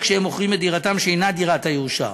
כשהם מוכרים את דירתם שאינה דירת הירושה.